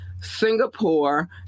Singapore